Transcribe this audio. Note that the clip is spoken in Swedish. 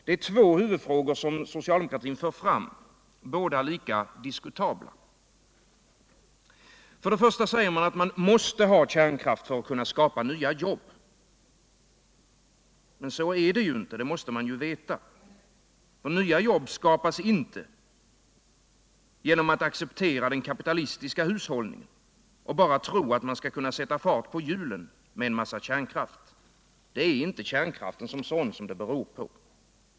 Det är två huvudfrågor som socialdemokratin för fram, båda lika diskutabla. Först och främst säger man att man måste ha kärnkraft för att kunna skapa nya jobb. Men så är det ju inte, och det måste man veta. Några nya jobb skapas inte genom att man accepterar den kapitalistiska hushållningen och bara genom att man tror att man skall kunna sätta fart på hjulen med en massa kärnkraft. Det är inte kärnkraften som sådan som det beror på.